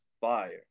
fire